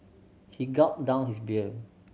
he gulped down his beer